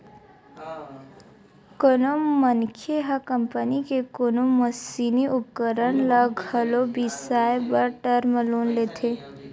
कोनो मनखे ह कंपनी के कोनो मसीनी उपकरन ल घलो बिसाए बर टर्म लोन लेथे